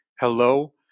hello